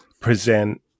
present